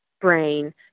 brain